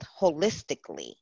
holistically